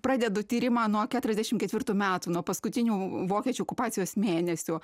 pradedu tyrimą nuo keturiasdešimt ketvirtų metų nuo paskutinių vokiečių okupacijos mėnesių